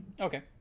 Okay